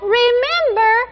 remember